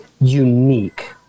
unique